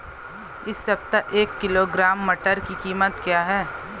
इस सप्ताह एक किलोग्राम मटर की कीमत क्या है?